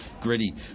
gritty